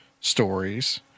stories